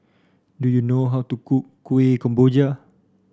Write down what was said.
do you know how to cook Kuih Kemboja